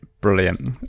Brilliant